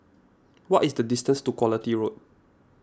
what is the distance to Quality Road